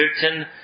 certain